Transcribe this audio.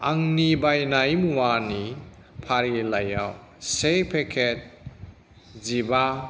आंनि बायनाय मुवानि फारिलाइयाव से पेकेट जिबा